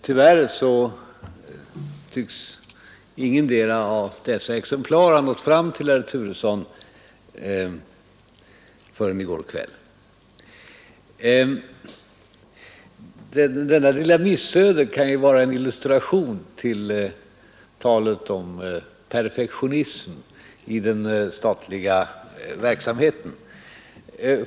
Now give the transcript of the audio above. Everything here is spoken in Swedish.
Tyvärr tycks intetdera av dessa exemplar ha nått fram till herr Turesson förrän i går kväll. Detta lilla missöde kan ju vara en illustration till talet om perfektionism i den statliga verksamheten.